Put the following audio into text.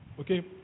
Okay